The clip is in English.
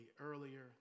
earlier